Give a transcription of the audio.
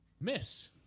Miss